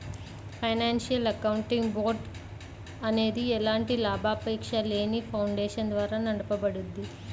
financial accounting board అనేది ఎలాంటి లాభాపేక్షలేని ఫౌండేషన్ ద్వారా నడపబడుద్ది